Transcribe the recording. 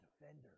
defender